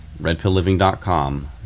redpillliving.com